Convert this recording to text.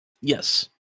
Yes